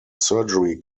surgery